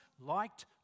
liked